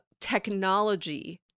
technology